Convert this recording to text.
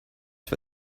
for